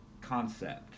concept